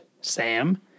Sam